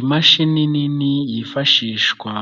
Imashini nini yifashishwa